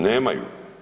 Nemaju.